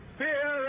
fear